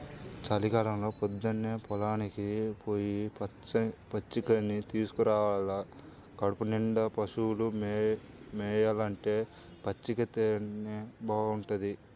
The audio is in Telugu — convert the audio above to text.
చలికాలంలో పొద్దన్నే పొలానికి పొయ్యి పచ్చికని తీసుకురావాల కడుపునిండా పశువులు మేయాలంటే పచ్చికైతేనే బాగుంటది